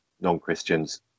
non-Christians